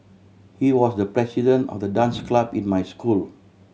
he was the president of the dance club in my school